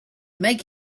make